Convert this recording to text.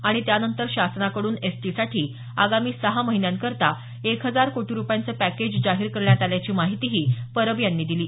आणि त्यानंतर शासनाकडून एसटीसाठी आगामी सहा महिन्यांकरता एक हजार कोटी रुपयांचं पॅकेज जाहीर करण्यात आल्याची माहिती परब यांनी दिली